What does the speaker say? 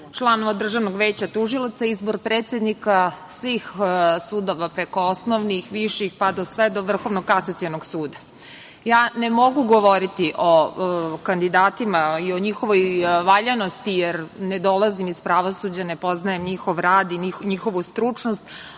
članova Državnog veća tužilaca, izbor predsednika svih sudova preko osnovnih, viših, pa do Vrhovnog kasacionog suda. Ja ne mogu govoriti o kandidatima i o njihovoj valjanosti, jer ne dolazim iz pravosuđa, ne poznajem njihov rad i njihovu stručnost,